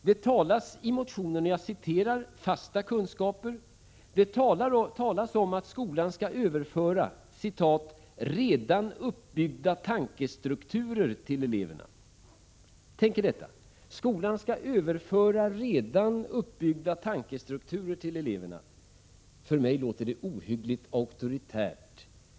Det talas i motionen om ”fasta kunskaper” och det talas om att skolan skall överföra ”redan uppbyggda tankestrukturer” till eleverna. Tänk er detta: Skolan skall överföra redan uppbyggda tankestrukturer till eleverna. För mig låter det ohyggligt auktoritärt.